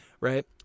Right